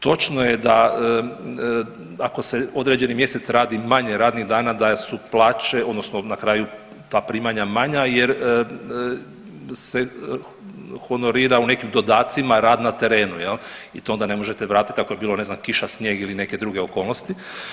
Točno je da ako se određeni mjesec radi manje radnih dana da su plaće odnosno na kraju ta primanja manja jer se honorira u nekim dodacima rad na terenu jel i to onda ne možete vratiti ako je bilo ne znam kiša, snijeg ili neke druge okolnosti.